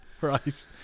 Right